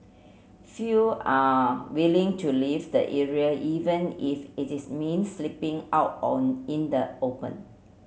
few are willing to leave the area even if it is means sleeping out on in the open